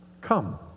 Come